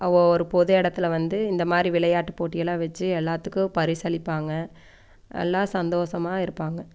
ஓ ஒரு பொது இடத்துல வந்து இந்த மாதிரி விளையாட்டுப் போட்டியலாம் வச்சி எல்லாத்துக்கும் பரிசளிப்பாங்க எல்லாம் சந்தோசமாக இருப்பாங்க